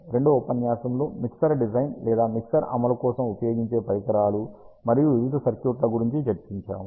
రెండవ ఉపన్యాసంలో mixer design లేదా మిక్సర్ అమలు కోసం ఉపయోగించే పరికరాలు మరియు వివిధ సర్క్యూట్ల గురించి చర్చించాము